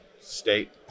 state